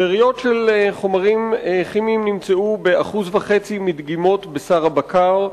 שאריות של חומרים כימיים נמצאו ב-1.5% מדגימות בשר הבקר,